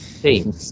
team